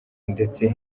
ndetse